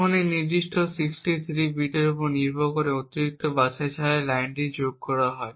এখন এই নির্দিষ্ট 63 বিটের উপর নির্ভর করে অতিরিক্ত বাছাই করা লাইন যোগ করা হয়